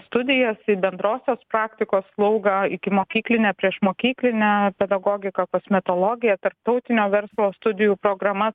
studijos į bendrosios praktikos slaugą ikimokyklinę priešmokyklinę pedagogiką kosmetologiją tarptautinio verslo studijų programa